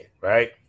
right